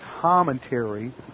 commentary